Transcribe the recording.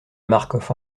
marcof